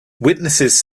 witnesses